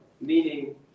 meaning